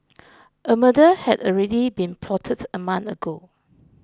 a murder had already been plotted a month ago